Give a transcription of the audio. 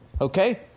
Okay